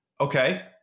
Okay